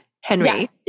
Henry